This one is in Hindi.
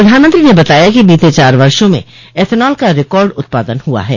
प्रधानमंत्री ने बताया कि बीते चार वर्षों में एथनॉल का रिकॉर्ड उत्पादन हुआ है